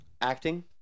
Acting